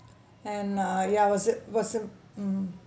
and uh ya was it wasn't mm